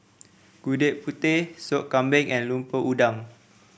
Gudeg Putih Sop Kambing and Lemper Udang